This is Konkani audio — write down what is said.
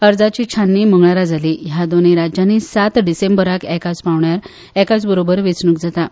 अर्जाची छाननी मंगळारा जाली ह्या दोनूय राज्यांनी सात डिसेंबराक एकाच पांवड्यार एकाच बाराबर वेंचणूक जाता